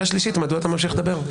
מדוע אתה ממשיך לדבר?